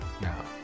now